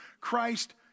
Christ